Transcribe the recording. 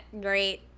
great